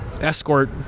escort